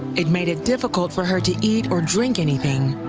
it made it difficult for her to eat or drink anything.